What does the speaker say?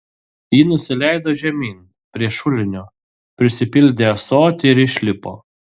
ji nusileido žemyn prie šulinio prisipildė ąsotį ir išlipo